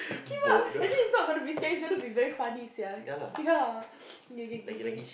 kay what actually it's not going to be scary it's going to be very funny sia ya kay kay kay kay